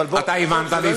אבל זה לא עניין, אתה הבנת.